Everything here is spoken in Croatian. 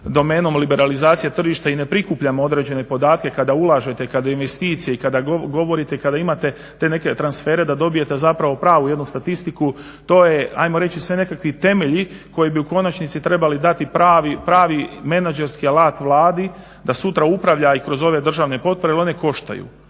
domenom liberalizacije tržišta i ne prikupljamo određene podatke kada ulažete, kada investicije i kada govorite i kada imate te neke transfere da dobije zapravo pravu jednu statistiku to je hajmo reći sve nekakvi temelji koji bi u konačnici trebali dati pravi menadžerski alat Vladi da sutra upravlja i kroz ove državne potpore jer one koštaju.